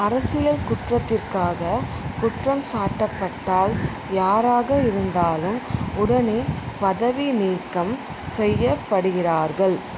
அரசியல் குற்றத்திற்காக குற்றம் சாட்டப்பட்டால் யாராக இருந்தாலும் உடனே பதவி நீக்கம் செய்யப்படுகிறார்கள்